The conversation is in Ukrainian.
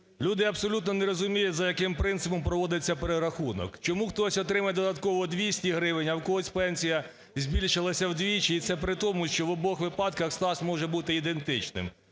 Люди абсолютно не розуміють, за яким принципом проводиться перерахунок, чому хтось отримує додатково двісті гривень, а в когось пенсія збільшилася вдвічі, і це при тому, що в обох випадках стаж може бути ідентичним.